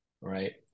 right